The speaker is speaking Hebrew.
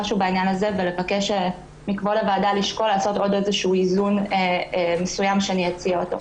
אני מבקשת מכבוד הוועדה לשקול לעשות עוד איזון שאציע עכשיו.